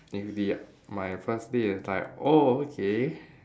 if the my first date is like oh okay